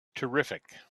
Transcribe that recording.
terrific